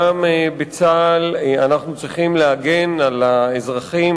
גם בצה"ל אנחנו צריכים להגן על האזרחים,